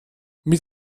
mit